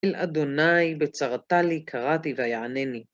אל אדוני בצרתה לי קראתי ויענני.